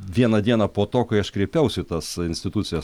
vieną dieną po to kai aš kreipiausi į tas institucijas